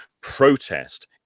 protest